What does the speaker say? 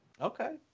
Okay